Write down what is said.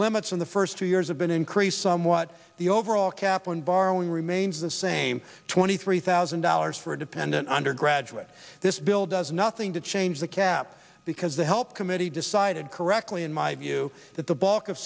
limits in the first few years have been increased somewhat the overall cap on borrowing remains the same twenty three thousand dollars for a dependent undergraduate this bill does nothing to change the cap because the help committee decided correctly in my view that the bulk of